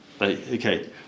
Okay